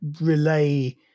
relay